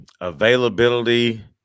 availability